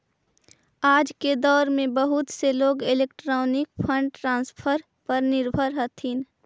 आज के दौर में बहुत से लोग इलेक्ट्रॉनिक फंड ट्रांसफर पर निर्भर हथीन